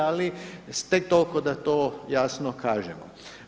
Ali tek toliko da to jasno kažemo.